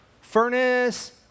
Furnace